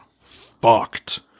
fucked